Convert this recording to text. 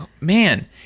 man